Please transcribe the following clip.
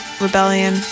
rebellion